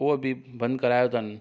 उहो बि बंदि करायो अथन